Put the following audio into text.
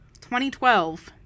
2012